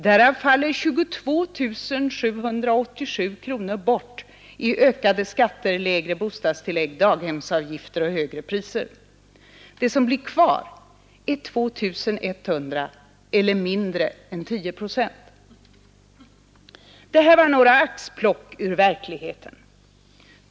Därav faller 22 787 kronor bort i ökade skatter, lägre bostadstillägg, daghemsavgifter och högre priser. Det som blir kvar är 2 100 eller mindre än 10 procent. Det här var några axplock ur verkligheten.